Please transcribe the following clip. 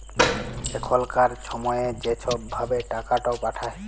এখলকার ছময়ে য ছব ভাবে টাকাট পাঠায়